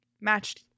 matched